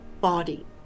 body